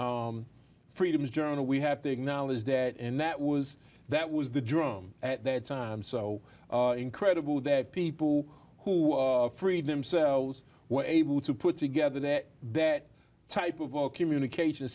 freedoms journal we have to acknowledge that and that was that was the drum at that time so incredible that people who freed themselves were able to put together that that type of all communication